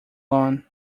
lawn